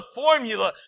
formula